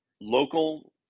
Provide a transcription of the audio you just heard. local